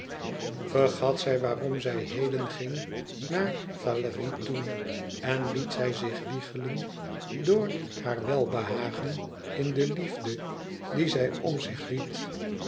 vergat zij waarom zij heden ging naar valérie toe en liet zij zich wiegelen door haar welbehagen in de liefde die zij om zich ried